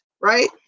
right